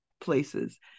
places